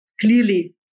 clearly